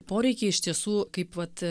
poreikiai iš tiesų kaip vat